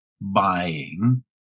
buying